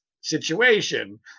situation